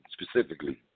specifically